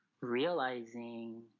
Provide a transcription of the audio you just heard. realizing